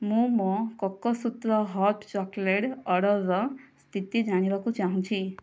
ମୁଁ ମୋ Cocosutra hot chocolate ଅର୍ଡ଼ର୍ର ସ୍ଥିତି ଜାଣିବାକୁ ଚାହୁଁଛି